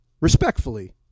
respectfully